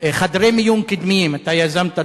חדרי מיון קדמיים, אתה יזמת תוכנית.